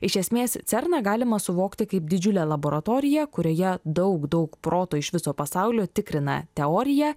iš esmės cerną galima suvokti kaip didžiulę laboratoriją kurioje daug daug proto iš viso pasaulio tikrina teoriją